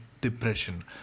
Depression